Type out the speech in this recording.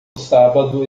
sábado